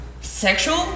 Sexual